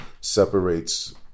separates